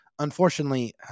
Unfortunately